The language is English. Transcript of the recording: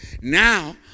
Now